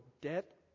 debt